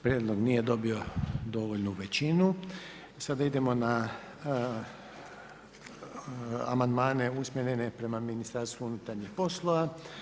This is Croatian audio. Prijedlog nije dobio dovoljnu većinu, sada idemo na amandmane usmjerene prema Ministarstvo unutarnjih poslova.